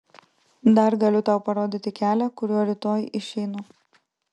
dar galiu tau parodyti kelią kuriuo rytoj išeinu